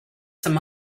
some